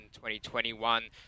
2021